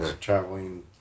traveling